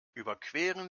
überqueren